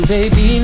Baby